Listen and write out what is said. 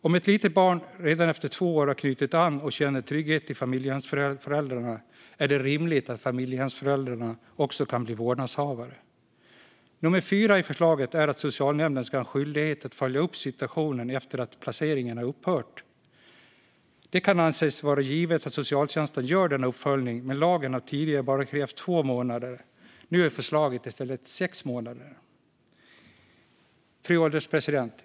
Om ett litet barn redan efter två år har knutit an och känner trygghet hos familjehemsföräldrarna är det rimligt att dessa också kan bli vårdnadshavare. Nummer fyra i förslaget är att socialnämnden ska ha skyldighet att följa upp situationen efter att placeringen har upphört. Det kan anses vara givet att socialtjänsten gör denna uppföljning, men lagen har tidigare bara krävt detta i två månader. Nu är förslaget i stället sex månader. Fru ålderspresident!